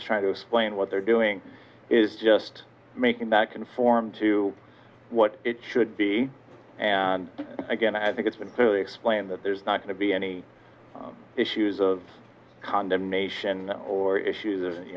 s trying to explain what they're doing is just making that conform to what it should be and again i think it's been explained that there's not to be any issues of condemnation or issues